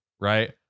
right